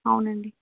అవునండి